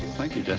thank you, jesse.